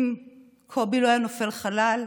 אם קובי לא היה נופל חלל,